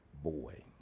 boy